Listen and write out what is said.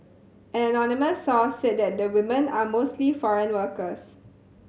an anonymous source said that the woman are mostly foreign workers